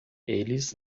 eles